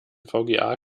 vga